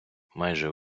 майже